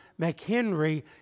McHenry